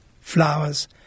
flowers